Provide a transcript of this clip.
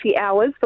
hours